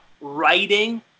writing